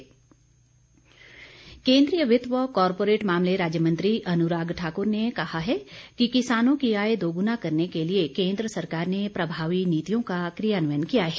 अनुराग ठाकुर केंद्रीय वित्त व कॉरपोरेट मामले राज्य मंत्री अनुराग ठाकुर ने कहा है कि किसानों की आय दोगुना करने के लिए केंद्र सरकार ने प्रभावी नीतियों का क्रियान्वयन किया है